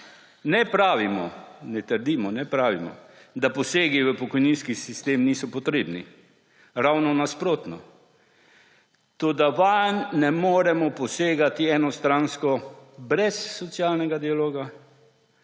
Ne pravimo, ne trdimo, ne pravimo, da posegi v pokojninski sistem niso potrebni. Ravno nasprotno! Toda vanj ne moremo posegati enostransko, brez socialnega dialoga,